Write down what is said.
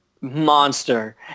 monster